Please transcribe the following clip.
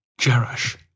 Jerash